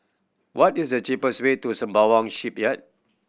what is the cheapest way to Sembawang Shipyard